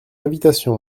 invitation